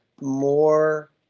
more